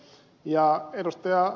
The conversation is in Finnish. lauri oinoselle